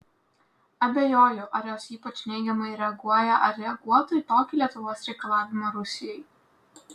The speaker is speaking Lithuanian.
abejoju ar jos ypač neigiamai reaguoja ar reaguotų į tokį lietuvos reikalavimą rusijai